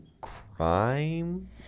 crime